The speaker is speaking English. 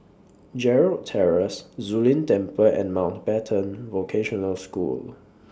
Gerald Terrace Zu Lin Temple and Mountbatten Vocational School